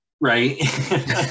right